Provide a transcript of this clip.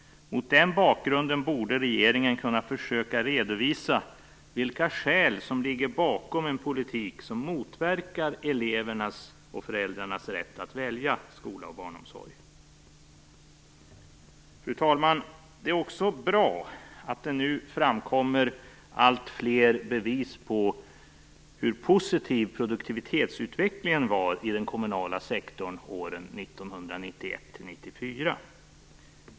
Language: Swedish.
Mot den bakgrunden borde regeringen kunna försöka redovisa vilka skäl som ligger bakom en politik som motverkar elevernas och föräldrarnas rätt att välja skola och barnomsorg. Fru talman! Det är också bra att det nu framkommer alltfler bevis på hur positiv produktivitetsutvecklingen var i den kommunala sektorn under åren 1991 1994.